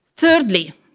Thirdly